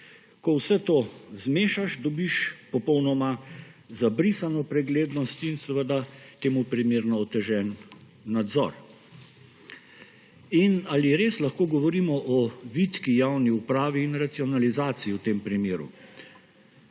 Ko vse to zmešaš, dobiš popolnoma zabrisano preglednost in seveda temu primerno otežen nadzor. In ali res lahko govorimo o vitki javni upravi in racionalizaciji v tem primeru?